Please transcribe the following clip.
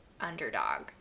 underdog